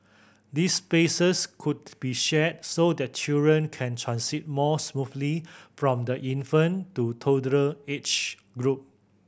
these spaces could be shared so that children can transit more smoothly from the infant to toddler age group